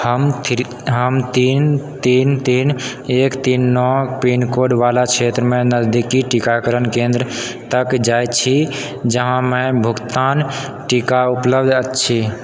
हम तीन तीन तीन एक तीन नओ पिनकोड बला क्षेत्रमे नजदिकके टीकाकरण केंद्र तक जाइत छी जाहिमे भुगतान टीका उपलब्ध अछि